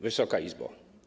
Wysoka Izbo!